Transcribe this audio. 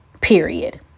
period